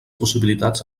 possibilitats